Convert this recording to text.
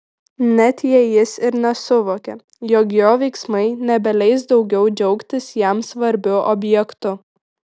net jei jis ir nesuvokė jog jo veiksmai nebeleis daugiau džiaugtis jam svarbiu objektu